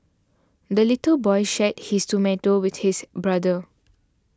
the little boy shared his tomato with his brother